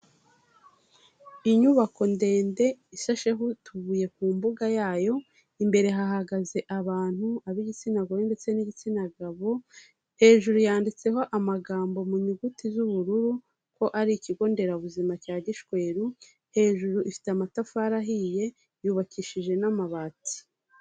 Inyubako ndende ishasheho utubuye ku mbuga yayo, imbere hahagaze abantu ab'igitsina gore ndetse n'igitsina gabo, hejuru yanditseho amagambo mu nyuguti z'ubururu ko ari ikigo nderabuzima cya Gishweru, hejuru ifite amatafari ahiye, yubakishije n'amabati.